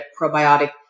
probiotic